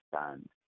stand